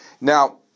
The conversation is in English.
Now